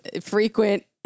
frequent